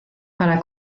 para